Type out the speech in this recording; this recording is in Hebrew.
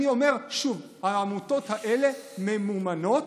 אני אומר שוב: העמותות האלה ממומנות